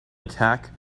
attack